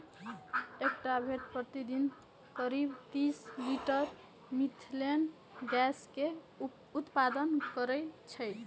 एकटा भेड़ प्रतिदिन करीब तीस लीटर मिथेन गैस के उत्पादन करै छै